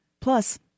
Plus